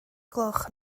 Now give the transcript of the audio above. gloch